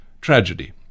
tragedy